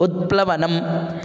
उत्प्लवनम्